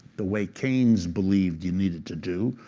the way keynes believed you needed to do.